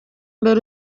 mbere